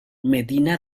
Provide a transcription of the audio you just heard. medina